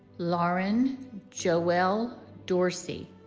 lauren joelle dorsey